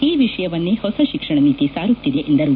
ಈ ವಿಷಯವನ್ನೆ ಹೊಸ ಶಿಕ್ಷಣ ನೀತಿ ಸಾರುತ್ತಿದೆ ಎಂದರು